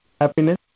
happiness